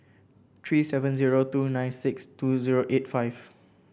three seven zero two nine six two zero eight five